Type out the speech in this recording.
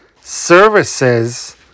services